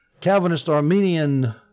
Calvinist-Armenian